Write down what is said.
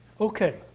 Okay